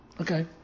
Okay